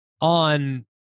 on